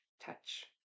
touch